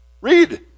read